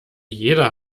jeder